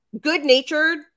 good-natured